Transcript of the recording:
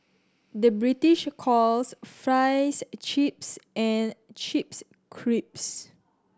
the British calls fries chips and chips crisps